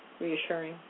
reassuring